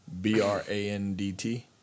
B-R-A-N-D-T